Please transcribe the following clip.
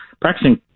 practicing